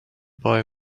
boy